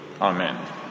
Amen